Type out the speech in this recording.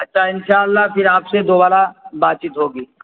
اچھا ان شاء اللہ پھر آپ سے دوبارہ بات چیت ہوگی